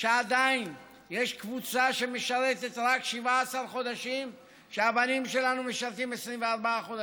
שעדיין יש קבוצה שמשרתת רק 17 חודשים כשהבנים שלנו משרתים 24 חודשים,